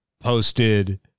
posted